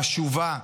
חשובה,